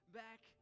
back